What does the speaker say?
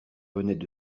venaient